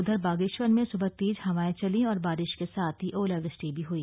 उधर बागेश्वर में सुबह तेज हवाएं चली और बारिश के साथ ही ओलावृष्टि भी हई